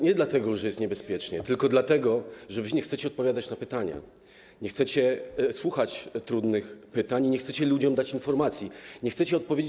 Nie dlatego że jest niebezpiecznie, tylko dlatego że wy nie chcecie odpowiadać na pytania, nie chcecie słuchać trudnych pytań i nie chcecie ludziom udzielić informacji, nie chcecie odpowiedzieć.